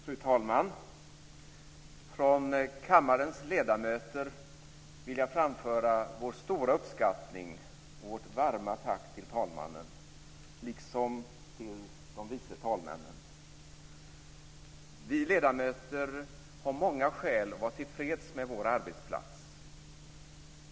Fru talman! Från kammarens ledamöter vill jag framföra vår stora uppskattning och vårt varma tack till talmannen liksom till de vice talmännen. Vi ledamöter har många skäl att vara tillfreds med vår arbetsplats.